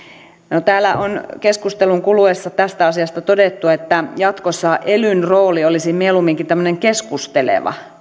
no täällä on keskustelun kuluessa tästä asiasta todettu että jatkossa elyn rooli olisi mieluumminkin tämmöinen keskusteleva